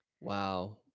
Wow